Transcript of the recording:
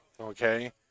Okay